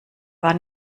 war